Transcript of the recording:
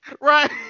right